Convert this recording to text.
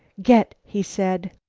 get! he said.